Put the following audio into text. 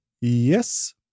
yes